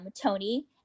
Tony